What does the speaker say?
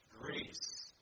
Greece